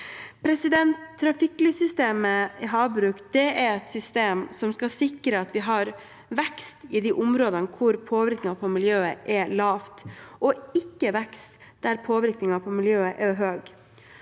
næring. Trafikklyssystemet i havbruk er et system som skal sikre at vi har vekst i de områdene der påvirkningen på miljøet er lav, og ikke vekst der påvirkningen på miljøet er høy.